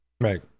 Right